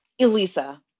Elisa